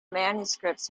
manuscripts